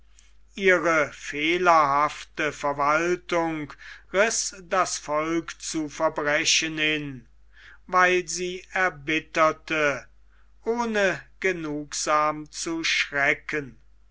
ihre fehlerhafte verwaltung riß das volk zu verbrechen hin weil sie erbitterte ohne genugsam zu schrecken